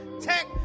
tech